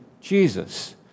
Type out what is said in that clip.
Jesus